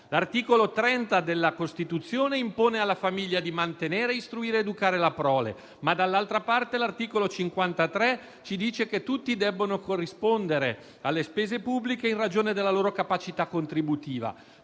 L'articolo 30 della Costituzione impone alla famiglia di mantenere, istruire ed educare la prole, ma dall'altra parte l'articolo 53 afferma che tutti devono corrispondere alle spese pubbliche in ragione della loro capacità contributiva.